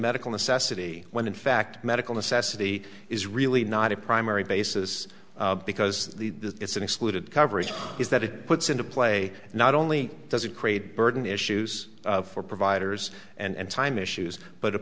medical necessity when in fact medical necessity is really not a primary basis because the it's an excluded coverage is that it puts into play not only does it create a burden issues for providers and time issues but it